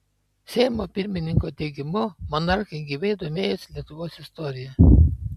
seimo pirmininko teigimu monarchai gyvai domėjosi lietuvos istorija